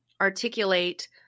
articulate